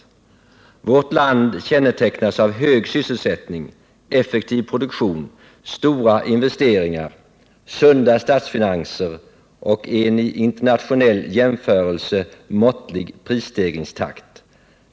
Vårt land kännetecknas av hög sysselsättning, effektiv produktion, stora investeringar, sunda statsfinanser och en i internationell jämförelse måttlig prisstegringstakt.